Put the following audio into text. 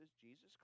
Jesus